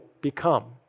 become